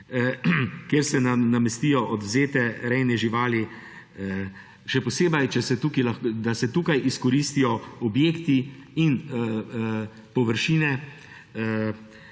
kjer se namestijo odvzete rejne živali. Še posebej, da se tukaj izkoristijo objekti in površine